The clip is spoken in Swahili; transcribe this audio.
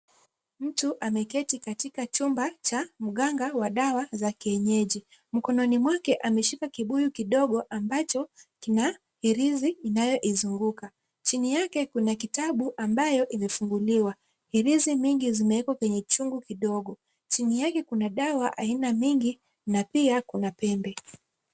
Mtu ameketi katika chumba cha mganga wa dawa za kienyeji. Mkononi mwake ameshika kibuyu kidogo ambacho kina heresi inayoizunguka. Chini yake kuna kitabu ambayo imefunguliwa. Heresi mingi zimewekwa kwenye chungu kidogo. Chini yake kuna dawa za aina mingi na pia kuna pembe.